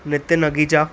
Nitin अगीजा